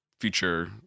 future